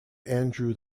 andrew